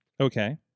Okay